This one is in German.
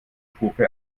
puppe